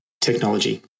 technology